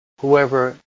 Whoever